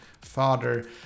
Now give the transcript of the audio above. father